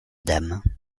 dame